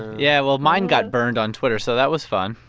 yeah, well, mine got burned on twitter. so that was fun.